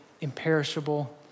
imperishable